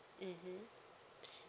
mmhmm